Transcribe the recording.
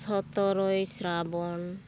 ᱥᱚᱛᱚᱨᱳᱭ ᱥᱨᱟᱵᱚᱱ